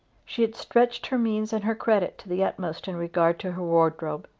she had stretched her means and her credit to the utmost in regard to her wardrobe,